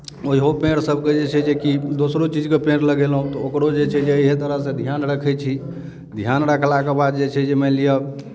ओइहो पेड़सभके जे छै जे कि दोसरो चीजके पेड़ लगेलहुँ तऽ ओकरो जे छै जे इएह तरहसँ ध्यान रखै छी ध्यान रखलाके बाद जे छै जे मानि लिअ